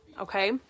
okay